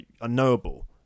unknowable